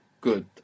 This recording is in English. Good